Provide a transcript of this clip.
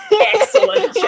excellent